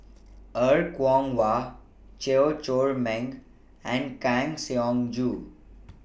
Er Kwong Wah Chew Chor Meng and Kang Siong Joo